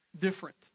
Different